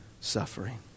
suffering